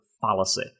Fallacy